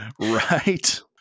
Right